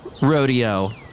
Rodeo